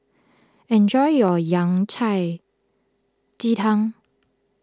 enjoy your Yao Cai Ji Tang